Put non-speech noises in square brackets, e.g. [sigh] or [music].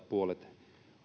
[unintelligible] puolet